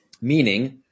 meaning